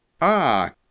Ah